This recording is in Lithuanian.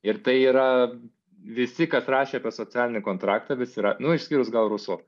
ir tai yra visi kas rašė apie socialinį kontraktą visi yra nu išskyrus gal ruso